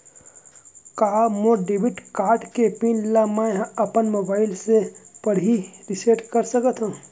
का मोर debit card के पिन ल मैं ह अपन मोबाइल से पड़ही रिसेट कर सकत हो?